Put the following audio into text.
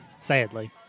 sadly